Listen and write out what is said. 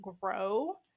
grow